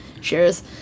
Cheers